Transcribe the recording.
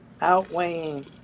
outweighing